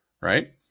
right